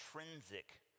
intrinsic